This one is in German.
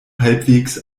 halbwegs